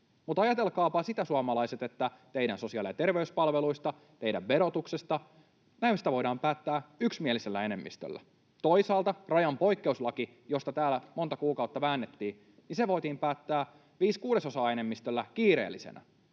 Mutta ajatelkaapa sitä, suomalaiset, että teidän sosiaali- ja terveyspalveluista, meidän verotuksesta, näistä, voidaan päättää yksimielisellä enemmistöllä. Toisaalta rajan poikkeuslaki, josta täällä monta kuukautta väännettiin, voitiin päättää viiden kuudesosan enemmistöllä kiireellisenä.